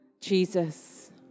Jesus